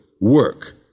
work